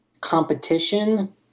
competition